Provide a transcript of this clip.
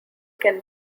can